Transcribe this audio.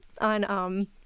on